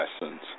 lessons